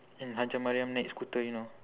and hajjah mariam naik scooter you know